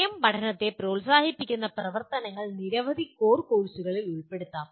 സ്വയം പഠനത്തെ പ്രോത്സാഹിപ്പിക്കുന്ന പ്രവർത്തനങ്ങൾ നിരവധി കോർ കോഴ്സുകളിൽ ഉൾപ്പെടുത്താം